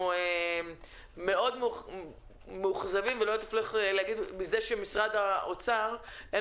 אנחנו מאוד מאוכזבים מכך שלמשרד האוצר אין